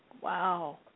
Wow